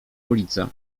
ulicę